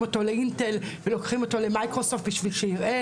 אותו לאינטל ולוקחים אותו למיקרוסופט בשביל שהוא יראה